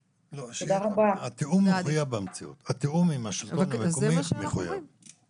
התיאום עם השלטון המקומי מחויב המציאות.